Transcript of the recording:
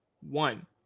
one